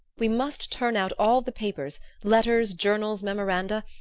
we must turn out all the papers letters, journals, memoranda.